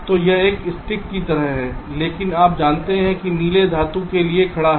तो यह एक स्टिक की तरह है लेकिन आप जानते हैं कि नीले धातु के लिए खड़ा है